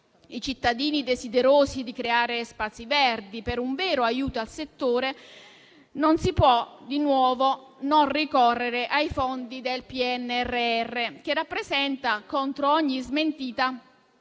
i cittadini desiderosi di creare spazi verdi. Per un vero aiuto al settore, non si può di nuovo non ricorrere ai fondi del PNRR, che rappresenta, contro ogni smentita,